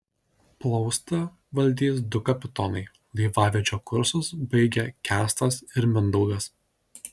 plaustą valdys du kapitonai laivavedžio kursus baigę kęstas ir mindaugas